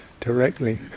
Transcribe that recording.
directly